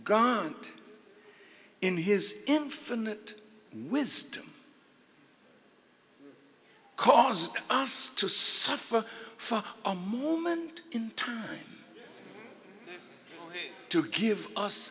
gun in his infinite wisdom cause us to suffer for a moment in time to give us